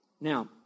Now